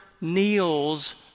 kneels